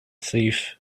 thief